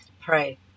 pray